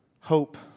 Hope